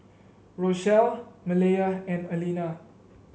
Rochelle Maleah and Allena